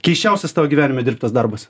keisčiausias tavo gyvenime dirbtas darbas